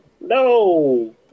no